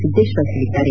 ಸಿದ್ದೇಶ್ವರ್ ಹೇಳಿದ್ದಾರೆ